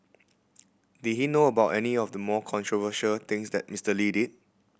did he know about any of the more controversial things that Mister Lee did